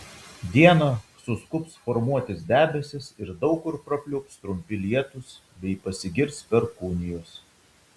dieną suskubs formuotis debesys ir daug kur prapliups trumpi lietūs bei pasigirs perkūnijos